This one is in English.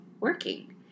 working